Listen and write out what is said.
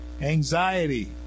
anxiety